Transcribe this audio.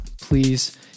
Please